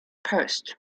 post